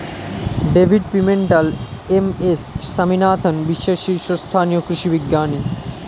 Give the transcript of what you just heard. David Pimentel, M S Swaminathan বিশ্বের শীর্ষস্থানীয় কৃষি বিজ্ঞানী